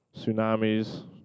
tsunamis